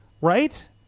right